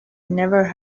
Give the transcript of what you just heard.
never